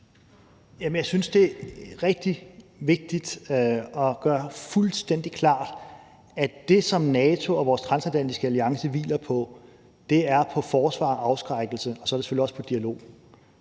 Jeg synes, det er rigtig vigtigt at gøre fuldstændig klart, at det, som NATO og vores transatlantiske alliance hviler på, er forsvar og afskrækkelse, og så er det selvfølgelig også på dialog